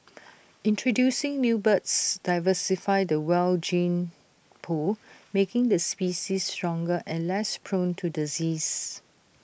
introducing new birds diversify the wild gene pool making the species stronger and less prone to disease